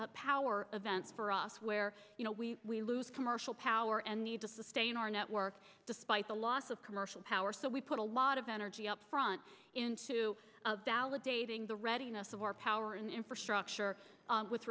largely power events for us where you know we we lose commercial power and need to sustain our network despite the loss of commercial power so we put a lot of energy upfront into validating the readiness of our power in infrastructure with